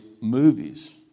movies